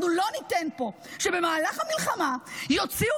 אנחנו לא ניתן פה שבמהלך המלחמה יוציאו